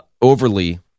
overly